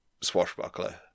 swashbuckler